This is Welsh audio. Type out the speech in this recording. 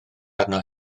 arno